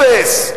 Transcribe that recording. אפס.